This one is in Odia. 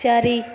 ଚାରି